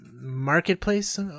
Marketplace